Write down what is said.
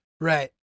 Right